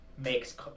makes